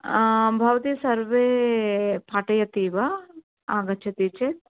भवती सर्वे पाठयति वा आगच्छति चेत्